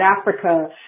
Africa